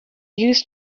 used